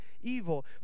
evil